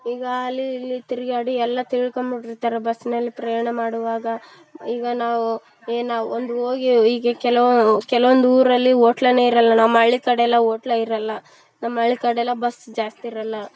ಈಗ ಅಲ್ಲಿ ಇಲ್ಲಿ ತಿರುಗಾಡಿ ಎಲ್ಲ ತಿಳ್ಕೋಂಬಿಟ್ಟಿರ್ತಾರ್ ಬಸ್ನಲ್ಲಿ ಪ್ರಯಾಣ ಮಾಡುವಾಗ ಈಗ ನಾವು ಏನು ನಾವು ಒಂದು ಹೋಗಿ ಈಗ ಕೆಲವು ಕೆಲವೊಂದು ಊರಲ್ಲಿ ಹೋಟ್ಲನೇ ಇರೋಲ್ಲ ನಮ್ಮ ಹಳ್ಳಿ ಕಡೆ ಅಲ್ಲ ಹೋಟ್ಲೇ ಇರೋಲ್ಲ ನಮ್ಮ ಹಳ್ಳಿ ಕಡೆ ಎಲ್ಲ ಬಸ್ ಜಾಸ್ತಿ ಇರೋಲ್ಲ